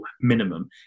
minimum